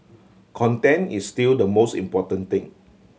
content is still the most important thing